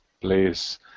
place